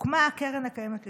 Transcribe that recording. הוקמה הקרן הקיימת לישראל.